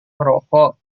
merokok